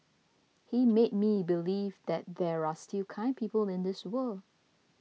he made me believe that there are still kind people in this world